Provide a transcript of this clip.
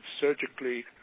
surgically